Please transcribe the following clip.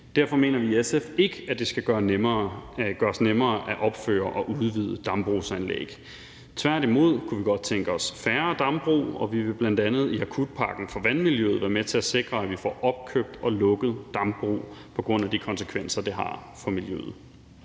Derfor mener vi i SF ikke, at det skal gøres nemmere at opføre og udvide dambrugsanlæg. Tværtimod kunne vi godt tænke os færre dambrug, og vi vil bl.a. i akutpakken for vandmiljøet være med til at sikre, at vi får opkøbt og lukket dambrug på grund af de konsekvenser, det har for miljøet.